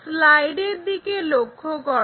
স্লাইডের দিকে লক্ষ্য করো